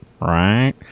Right